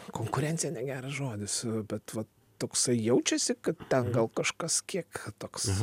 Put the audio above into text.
konkurencija negeras žodis bet vat toksai jaučiasi kad ten gal kažkas kiek toks